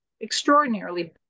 extraordinarily